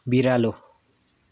बिरालो